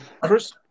Chris